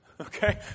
okay